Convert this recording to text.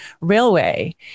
railway